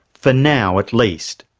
for now at least.